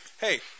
hey